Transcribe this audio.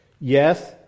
Yes